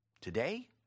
Today